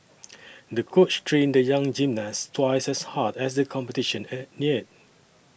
the coach trained the young gymnast twice as hard as the competition neared